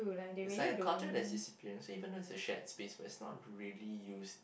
yes I've encountered this experience so even though it's a shared space but it's not really used